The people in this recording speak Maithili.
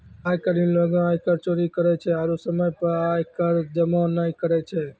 आइ काल्हि लोगें आयकर चोरी करै छै आरु समय पे आय कर जमो नै करै छै